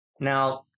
Now